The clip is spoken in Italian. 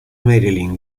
marilyn